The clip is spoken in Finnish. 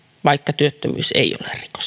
vaikka työttömyys ei ole rikos